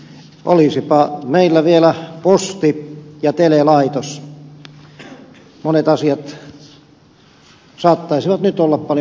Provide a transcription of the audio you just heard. olisipa meillä vielä posti ja telelaitos monet asiat saattaisivat nyt olla paljon paremmin